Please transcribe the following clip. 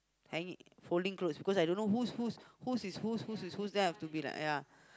hang~ folding clothes because I don't know whose whose whose is whose whose is whose then I have to be like !aiya!